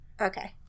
Okay